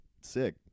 Sick